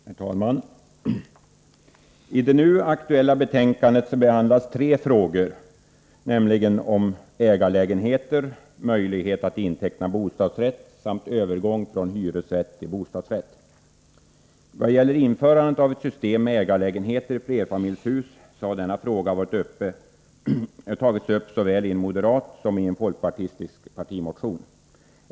Herr talman! I det nu aktuella betänkandet behandlas tre frågor, nämligen ägarlägenheter, möjlighet att inteckna bostadsrätt samt övergång från hyresrätt till bostadsrätt. Frågan om införande av ett system med ägarlägenheter i flerfamiljshus har tagits upp i såväl en moderat som en folkpartistisk partimotion.